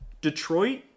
Detroit